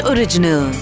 Original